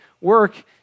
work